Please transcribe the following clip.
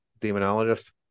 demonologist